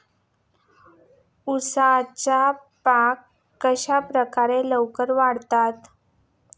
उसाचे पीक कशाप्रकारे लवकर वाढते?